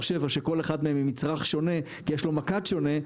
7 שכל אחד מהם הוא מצרך שונה כי יש לו מקט שונה,